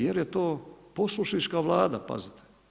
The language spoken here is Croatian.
Jer je to posušiška Vlada, pazite.